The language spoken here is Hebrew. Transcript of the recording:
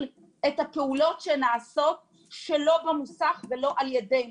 את הפעולות שנעשות שלא במוסך ולא על ידי מוסך.